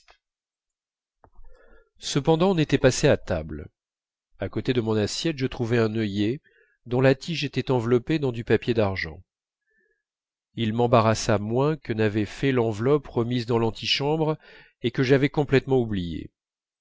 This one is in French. cependant on était passé à table à côté de mon assiette je trouvai un œillet dont la tige était enveloppée dans du papier d'argent il m'embarrassa moins que n'avait fait l'enveloppe remise dans l'antichambre et que j'avais complètement oubliée